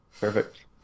Perfect